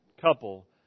couple